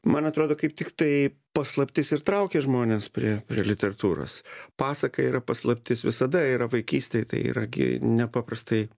man atrodo kaip tiktai paslaptis ir traukia žmones prie prie literatūros pasaka yra paslaptis visada yra vaikystėj tai yra gi nepaprastai